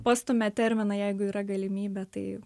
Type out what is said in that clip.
pastumia terminą jeigu yra galimybė tai